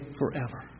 forever